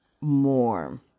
more